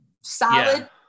solid